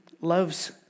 loves